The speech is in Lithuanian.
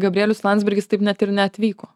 gabrielius landsbergis taip net ir neatvyko